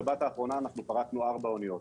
בשבת האחרונה אנחנו פרקנו ארבע אוניות.